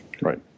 Right